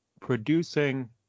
producing